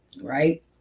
right